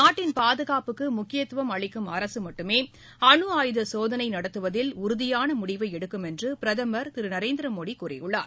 நாட்டின் பாதுகாப்புக்கு முக்கியத்துவம் அளிக்கும் அரசு மட்டுமே அணு ஆயுத சோதனை நடத்துவதில் உறுதியான முடிவை எடுக்கும் என்று பிரதமா் திரு நரேந்திரமோடி கூறியுள்ளார்